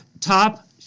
top